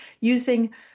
using